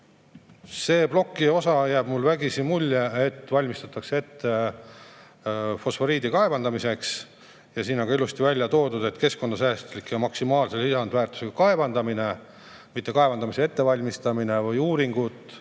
Selle ploki puhul jääb mulle vägisi mulje, et valmistatakse ette fosforiidi kaevandamist. Siin on ka ilusti välja toodud keskkonnasäästlik ja maksimaalse lisandväärtusega kaevandamine, mitte kaevandamise ettevalmistamine või uuringud.